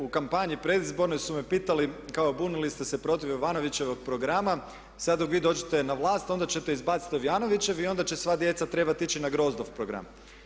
U kampanji predizbornoj su me pitali kao bunili ste se protiv Jovanovićevog programa, sad dok vi dođete na vlast onda ćete izbaciti … i onda će sva djeca trebati ići na GROZD-ov program.